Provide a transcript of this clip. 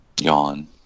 Yawn